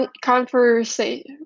conversation